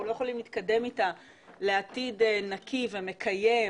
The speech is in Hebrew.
לא יכולים להתקדם אתה לעתיד נקי ומקיים,